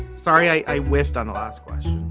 sorry i whiffed on the last one.